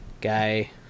guy